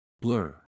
Blur